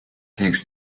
things